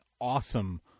awesome